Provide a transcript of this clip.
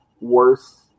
worse